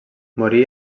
morí